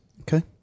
okay